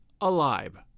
alive